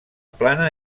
plana